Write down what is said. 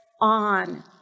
on